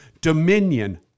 dominion